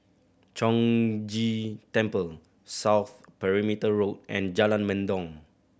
Chong Ghee Temple South Perimeter Road and Jalan Mendong